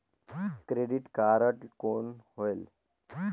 Credit card कौन होएल?